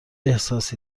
احساسی